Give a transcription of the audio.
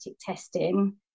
testing